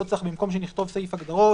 במקום שנכתוב סעיף הגדרות,